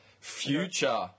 Future